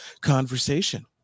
conversation